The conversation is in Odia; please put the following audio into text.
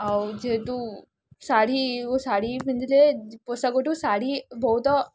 ଆଉ ଯେହେତୁ ଶାଢ଼ୀ ଓ ଶାଢ଼ୀ ପିନ୍ଧଥିଲେ ପୋଷାକଠୁ ଶାଢ଼ୀ ବହୁତ